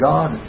God